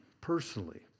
personally